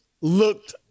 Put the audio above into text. looked